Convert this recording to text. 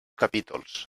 capítols